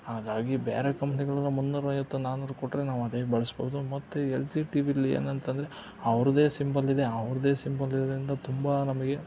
ಹಾಗಾಗಿ ಬ್ಯಾರೆ ಕಂಪ್ನಿಗ್ಳು ನಮ್ಮ್ ಮುನ್ನೂರೈವತ್ತ್ ನಾನೂರಕ್ಕ್ ಕೊಟ್ರೆ ನಾವ್ ಅದೇ ಬಳ್ಸ್ಬೋದು ಮತ್ತೆ ಎಲ್ ಸಿ ಟಿ ವಿಲ್ಲಿ ಏನಂತಂದ್ರೆ ಅವ್ರ್ದೆ ಸಿಂಬಲ್ ಇದೆ ಅವ್ರ್ದೆ ಸಿಂಬಲ್ ಇರೋರಿಂದ ತುಂಬಾ ನಮ್ಗೆ